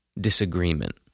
disagreement